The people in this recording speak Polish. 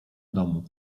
domu